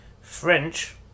French